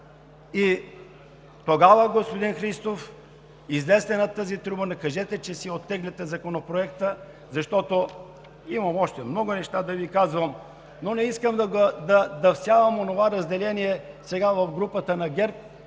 Тогава, господин Христов, излезте на трибуната, кажете, че си оттегляте Законопроекта, защото имам още много неща да Ви казвам, но не искам да всявам онова разделение сега в групата на ГЕРБ,